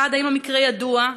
1. האם המקרה ידוע?